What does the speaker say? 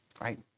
right